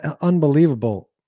Unbelievable